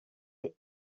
est